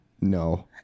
No